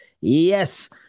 Yes